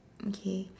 okay